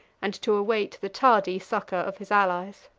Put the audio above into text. and to await the tardy succor of his allies.